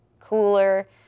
cooler